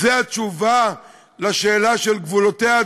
זו התשובה לשאלה של גבולותיה,